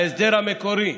ההסדר המקורי